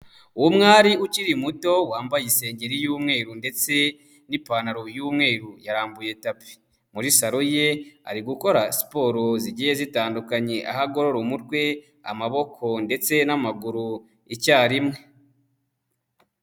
Umwari ukiri muto wambaye insengeri y'umweru ndetse n'ipantaro y'umweru, yarambuye tapi muri salo ye ari gukora siporo zigiye zitandukanye aho agorora umutwe amaboko ndetse n'amaguru icyarimwe.